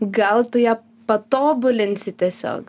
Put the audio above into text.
gal tu ją patobulinsi tiesiog